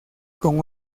con